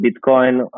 Bitcoin